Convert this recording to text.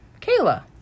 Kayla